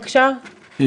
אני